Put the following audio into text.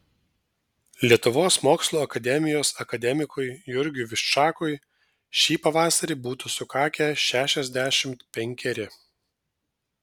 lietuvos mokslų akademijos akademikui jurgiui viščakui šį pavasarį būtų sukakę šešiasdešimt penkeri